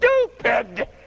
stupid